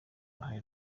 uruhare